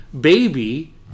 baby